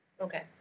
Okay